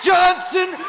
Johnson